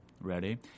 ready